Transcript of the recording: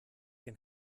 can